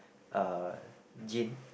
uh Gin